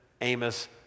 Amos